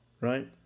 right